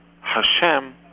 Hashem